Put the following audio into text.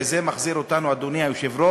וזה מחזיר אותנו, אדוני היושב-ראש,